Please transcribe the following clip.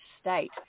state